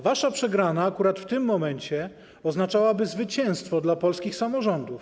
Wasza przegrana akurat w tym momencie oznaczałaby zwycięstwo dla polskich samorządów.